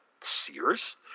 Sears